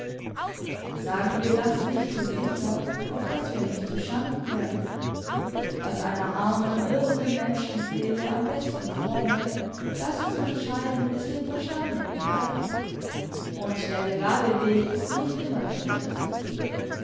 sagen wir das nicht so sicher auf daß wir nicht zuschanden werden was einer armen irrenden menschenseele am besten fromme das zu entscheiden ist dem verstande nicht leicht und der gerade weg ist nicht immer der sicherste